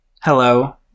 hello